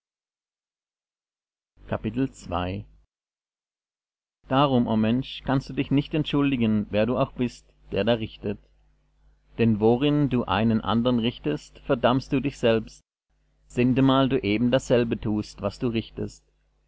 darum o mensch kannst du dich nicht entschuldigen wer du auch bist der da richtet denn worin du einen andern richtest verdammst du dich selbst sintemal du eben dasselbe tust was du richtest